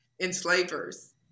enslavers